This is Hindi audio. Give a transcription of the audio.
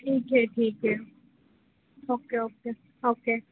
ठीक है ठीक है ओके ओके ओके